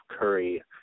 Curry